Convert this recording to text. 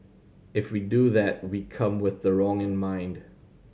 if we do that we come with the wrong in mind